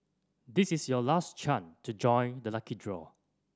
this is your last chance to join the lucky draw